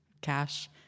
cash